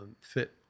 fit